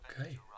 Okay